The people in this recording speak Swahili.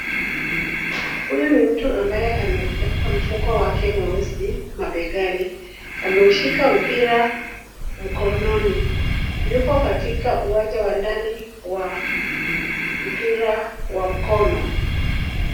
Huyu ni mtu ambaye amebeba mfuko wake mweusi mabegani ameushika mpira mkononi yuko katika uwanja wa ndani wa mpira wa mkono.